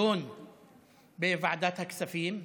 הוא נדון בוועדת הכספים.